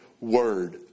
word